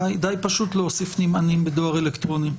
זה די פשוט להוסיף נמענים בדואר אלקטרוני.